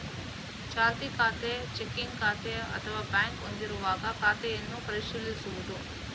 ಚಾಲ್ತಿ ಖಾತೆ, ಚೆಕ್ಕಿಂಗ್ ಖಾತೆ ಅಥವಾ ಬ್ಯಾಂಕ್ ಹೊಂದಿರುವಾಗ ಖಾತೆಯನ್ನು ಪರಿಶೀಲಿಸುವುದು